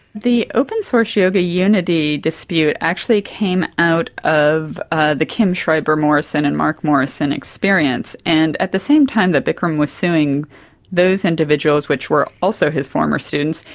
the open source yoga unity dispute actually came out of ah the kim schreiber-morrison and mark morrison experience, and at the same time that bikram was suing those individuals, which were also his former students,